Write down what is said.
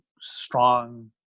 strong